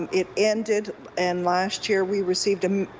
it ended and last year we receive,